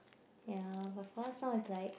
ya but for us now is like